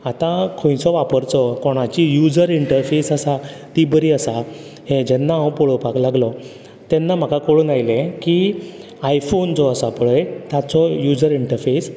आतां खंयचो वापरचो कोणाची यूजर इंटरफेस आसा ती बरी आसा हें जेन्ना हांव पळोपाक लागलो तेन्ना म्हाका कळून आयलें की आयफोन जो आसा पळय ताचो यूजर इंटरफेस